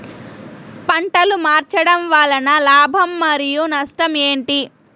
పంటలు మార్చడం వలన లాభం మరియు నష్టం ఏంటి